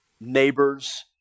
neighbors